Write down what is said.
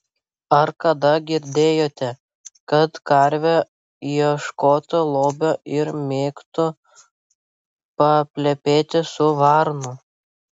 ar kada girdėjote kad karvė ieškotų lobio ir mėgtų paplepėti su varnu